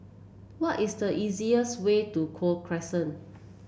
what is the easiest way to Gul Crescent